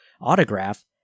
autograph